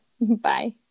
Bye